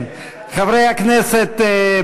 חברי הכנסת,